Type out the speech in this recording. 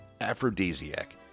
aphrodisiac